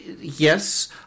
Yes